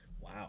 Wow